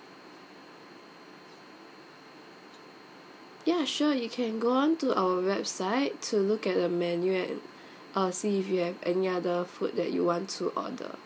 ya sure you can go on to our website to look at the menu and uh see if you have any other food that you want to order